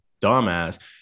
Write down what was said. dumbass